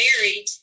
married